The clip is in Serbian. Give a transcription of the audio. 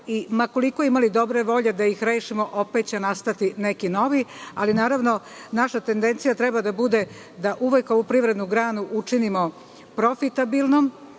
i ma koliko imali dobre volje da ih rešimo, opet će nastati neki novi, ali naravno, naša tendencija treba da bude da uvek ovu privrednu granu učinimo profitabilnom,